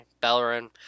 Bellerin